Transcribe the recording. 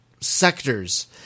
sectors